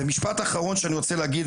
ומשפט אחרון שאני רוצה להגיד,